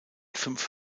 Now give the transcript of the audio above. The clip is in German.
fünf